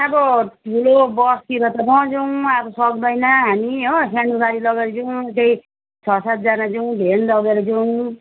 अब ठुलो बसतिर त कहाँ जाऔँ अब सक्दैन हामी हो सानो गाडी लगेर जाऔँ त्यही छ सातजना जाऔँ भ्यान लगेर जाऔँ